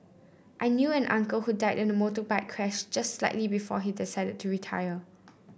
I knew an uncle who died in a motorbike crash just slightly before he decided to retire